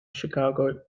chicago